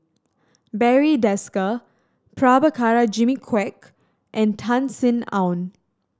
Barry Desker Prabhakara Jimmy Quek and Tan Sin Aun